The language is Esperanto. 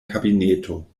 kabineto